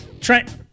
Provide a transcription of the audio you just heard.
Trent